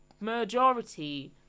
majority